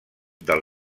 del